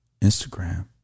Instagram